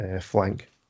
flank